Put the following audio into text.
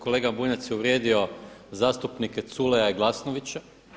Kolega Bunjac je uvrijedio zastupnike Culeja i Glasnovića.